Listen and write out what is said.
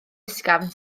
ysgafn